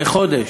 בחודש.